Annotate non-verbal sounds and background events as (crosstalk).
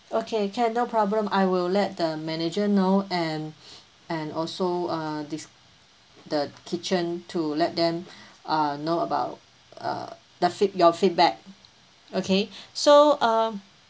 okay can no problem I will let the manager know and (breath) and also err disc~ the kitchen to let them err know about uh the feed~ your feedback okay so um